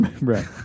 Right